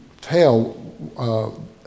tell